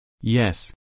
Yes